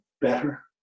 better